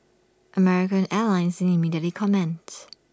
American airlines didn't immediately comments